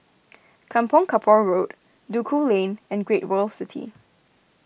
Kampong Kapor Road Duku Lane and Great World City